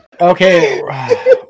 Okay